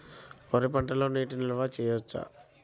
వరి పంటలో నీటి నిల్వ చేయవచ్చా?